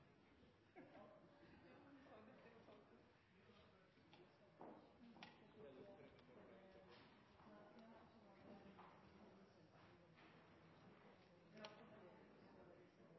Ja, de har også